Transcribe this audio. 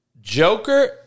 Joker